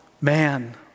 man